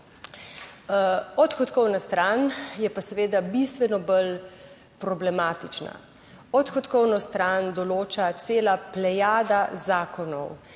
Odhodkovna stran je pa seveda bistveno bolj problematična. Odhodkovno stran določa cela plejada zakonov,